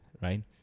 right